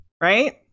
right